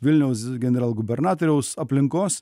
vilniaus generalgubernatoriaus aplinkos